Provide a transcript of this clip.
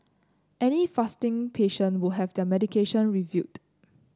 any fasting patient would have their medication reviewed